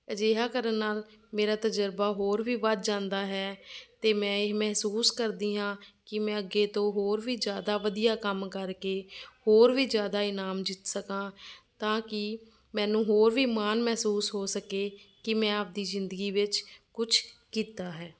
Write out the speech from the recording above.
ਅਜਿਹਾ ਕਰਨ ਨਾਲ ਮੇਰਾ ਤਜਰਬਾ ਹੋਰ ਵੀ ਵਧ ਜਾਂਦਾ ਹੈ ਅਤੇ ਮੈਂ ਇਹ ਮਹਿਸੂਸ ਕਰਦੀ ਹਾਂ ਕਿ ਮੈਂ ਅੱਗੇ ਤੋਂ ਹੋਰ ਵੀ ਜ਼ਿਆਦਾ ਵਧੀਆ ਕੰਮ ਕਰਕੇ ਹੋਰ ਵੀ ਜ਼ਿਆਦਾ ਇਨਾਮ ਜਿੱਤ ਸਕਾਂ ਤਾਂ ਕਿ ਮੈਨੂੰ ਹੋਰ ਵੀ ਮਾਣ ਮਹਿਸੂਸ ਹੋ ਸਕੇ ਕਿ ਮੈਂ ਆਪਣੀ ਜ਼ਿੰਦਗੀ ਵਿੱਚ ਕੁਛ ਕੀਤਾ ਹੈ